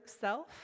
self